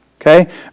okay